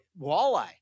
Walleye